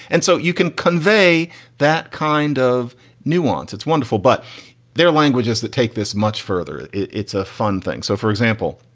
and so you can convey that kind of nuance. it's wonderful. but their language is that take this much further. it's a fun thing. so for example,